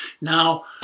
Now